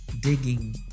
digging